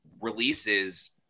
releases